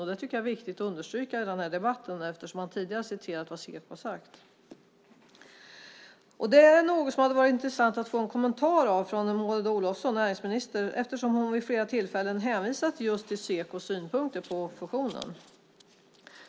Jag tycker att det är viktigt att understryka det i den här debatten, eftersom man tidigare har citerat vad Seko har sagt. Detta är något som det hade varit intressant att få en kommentar till från näringsminister Maud Olofsson, eftersom hon vid flera tillfällen har hänvisat just till Sekos synpunkter på fusionen.